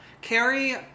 Carrie